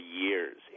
years